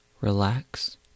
Relax